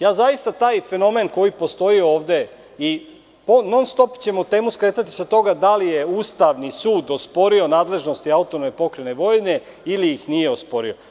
Zaista taj fenomen koji postoji ovde, a non-stop ćemo temu skretati sa toga da li je Ustavni sud osporio nadležnosti AP Vojvodine ili ih nije osporio.